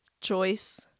choice